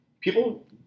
People